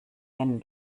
wenn